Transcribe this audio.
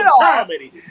comedy